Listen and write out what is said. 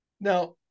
now